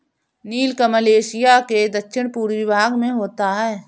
नीलकमल Asia के दक्षिण पूर्वी भाग में होता है